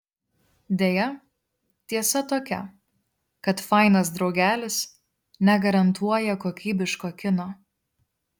deja tiesa tokia kad fainas draugelis negarantuoja kokybiško kino